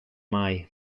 mai